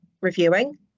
reviewing